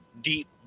deep